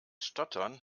stottern